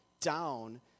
down